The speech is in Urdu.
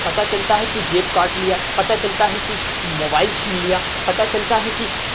پتا چلتا ہے کہ جیب کاٹ لیا پتا چلتا ہے کہ موبائل چھین لیا پتا چلتا ہے کہ